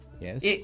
yes